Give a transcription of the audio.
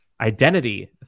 Identity